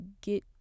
get